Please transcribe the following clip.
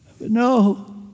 No